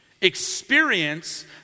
experience